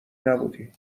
نبودی